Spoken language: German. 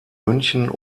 münchen